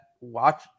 watch